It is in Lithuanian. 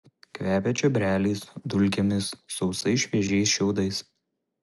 kvepia čiobreliais dulkėmis sausais šviežiais šiaudais